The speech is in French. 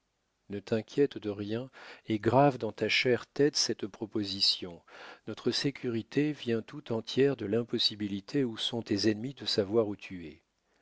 ne t'inquiète de rien et grave dans ta chère tête cette proposition notre sécurité vient tout entière de l'impossibilité où sont tes ennemis de savoir où tu